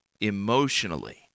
emotionally